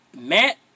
Matt